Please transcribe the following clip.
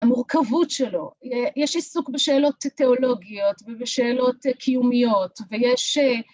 המורכבות שלו, יש עיסוק בשאלות תיאולוגיות ובשאלות קיומיות ויש...